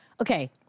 Okay